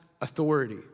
authority